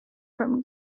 from